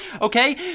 okay